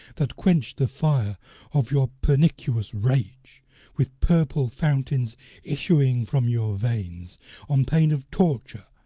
that quench the fire of your pernicious rage with purple fountains issuing from your veins on pain of torture,